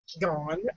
Gone